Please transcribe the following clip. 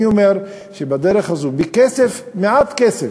אני אומר שבדרך הזאת, בכסף, מעט כסף,